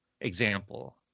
example